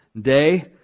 day